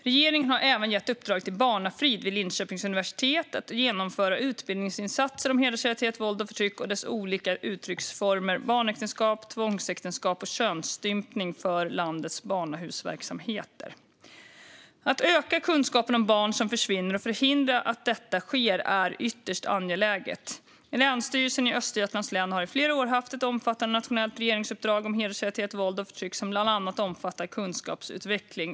Regeringen har även gett uppdrag till Barnafrid vid Linköpings universitet att genomföra utbildningsinsatser för landets barnahusverksamheter om hedersrelaterat våld och förtryck och dess olika uttrycksformer barnäktenskap, tvångsäktenskap och könsstympning. Att öka kunskapen om barn som försvinner och förhindra att detta sker är ytterst angeläget. Länsstyrelsen i Östergötlands län har i flera år haft ett omfattande nationellt regeringsuppdrag om hedersrelaterat våld och förtryck som bland annat omfattar kunskapsutveckling.